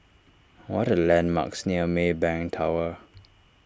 what are the landmarks near Maybank Tower